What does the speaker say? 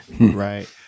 right